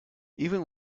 even